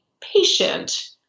patient